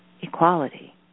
equality